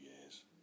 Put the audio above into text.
years